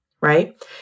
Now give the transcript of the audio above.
right